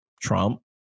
Trump